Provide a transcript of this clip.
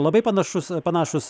labai panašus panašūs